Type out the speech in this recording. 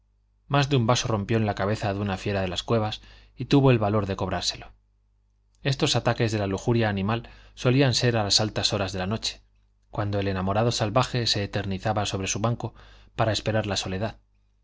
más de un vaso rompió en la cabeza de una fiera de las cuevas y tuvo el valor de cobrárselo estos ataques de la lujuria animal solían ser a las altas horas de la noche cuando el enamorado salvaje se eternizaba sobre su banco para esperar la soledad